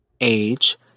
age